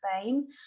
Spain